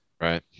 Right